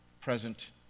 present